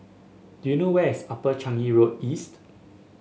do you know where is Upper Changi Road East